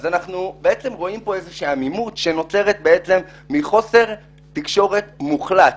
אז אנחנו בעצם נתקלים כאן בעמימות שנוצרת מחוסר תקשורת מוחלט